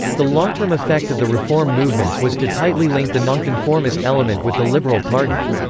the long-term effect of the reform movements was to tightly link the nonconformist element with the liberal party.